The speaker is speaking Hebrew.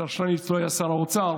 השר שטייניץ לא היה שר האוצר